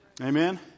Amen